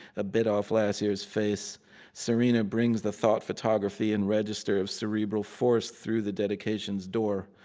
a bit off last year's face serena brings the thought, photography, and register of cerebral force through the dedication's door.